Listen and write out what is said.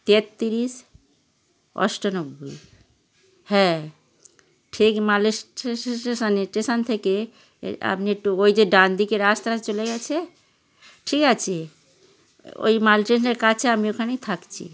তেত্রিশ আটানব্বই হ্যাঁ ঠিক ম্যাল স্টেশানে স্টেশন থেকে এ আপনি একটু ওই যে ডানদিকে রাস্তাটা চলে গিয়েছে ঠিক আছে ওই মাল ট্রেনের কাছে আমি ওখানেই থাকছি